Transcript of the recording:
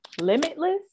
Limitless